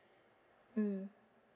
mm